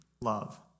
love